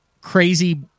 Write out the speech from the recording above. crazy